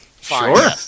Sure